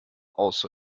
also